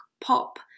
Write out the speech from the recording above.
pop